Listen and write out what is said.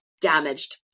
damaged